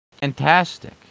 Fantastic